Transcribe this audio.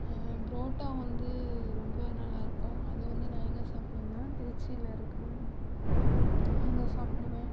புரோட்டா வந்து ரொம்ப நல்லா இருக்கும் அது வந்து நான் எங்கே சாப்பிடுவேனா திருச்சியில் இருக்கும் அங்கே சாப்பிடுவேன்